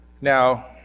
Now